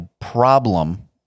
problem